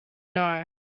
know